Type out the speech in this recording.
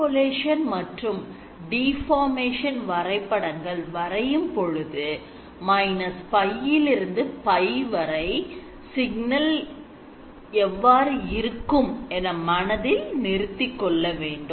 Interpolation மற்றும் deformation வரைபடங்கள் வரையும் பொழுது −π இருந்து π வரை சிக்னல் எவ்வாறு இருக்கும் என மனதில் நிறுத்தி கொள்ள வேண்டும்